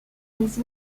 les